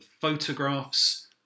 photographs